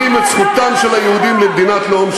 כלומר, יש עוררין, העצמית שלכם, היהודים הישראלים.